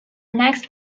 next